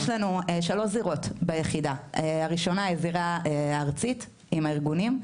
יש שלוש זירות ביחידה: הראשונה היא זירה ארצית עם הארגונים,